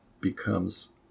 becomes